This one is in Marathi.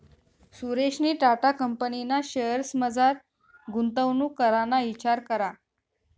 सुरेशनी टाटा कंपनीना शेअर्समझार गुंतवणूक कराना इचार करा